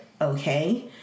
Okay